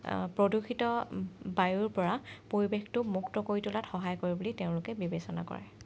প্ৰদূষিত বায়ুৰ পৰা পৰিৱেশটো মুক্ত কৰি তোলাত সহায় কৰে বুলি তেওঁলোকে বিবেচনা কৰে